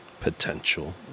Potential